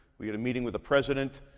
we had a meeting with the president.